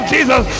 Jesus